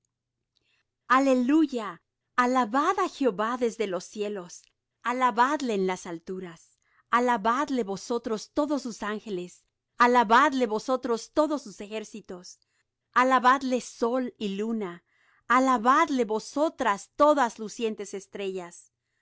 aleluya alabad á jehová desde los cielos alabadle en las alturas alabadle vosotros todos sus ángeles alabadle vosotros todos sus ejércitos alabadle sol y luna alabadle vosotras todas lucientes estrellas